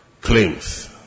claims